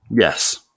Yes